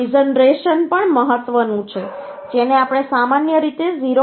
poison ration પણ મહત્વનું છે જેને આપણે સામાન્ય રીતે 0